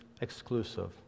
exclusive